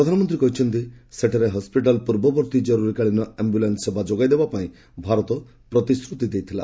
ପ୍ରଧାନମନ୍ତ୍ରୀ କହିଛନ୍ତି ସେଠାରେ ହସ୍କିଟାଲ୍ ପୂର୍ବବର୍ତ୍ତୀ କରୁରୀକାଳୀନ ଆମ୍ଭୁଲାନ୍ସ ସେବା ଯୋଗାଇ ଦେବାପାଇଁ ଭାରତ ପ୍ରତିଶ୍ରତି ଦେଇଥିଲା